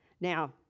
Now